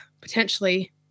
potentially